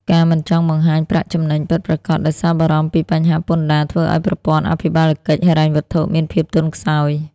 ការមិនចង់បង្ហាញប្រាក់ចំណេញពិតប្រាកដដោយសារបារម្ភពីបញ្ហាពន្ធដារ ធ្វើឱ្យប្រព័ន្ធអភិបាលកិច្ចហិរញ្ញវត្ថុមានភាពទន់ខ្សោយ។